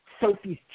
Sophie's